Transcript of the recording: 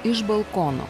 iš balkono